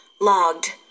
logged